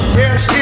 yes